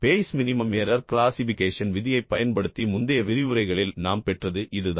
Bayes minimum error classification விதியைப் பயன்படுத்தி முந்தைய விரிவுரைகளில் நாம் பெற்றது இதுதான்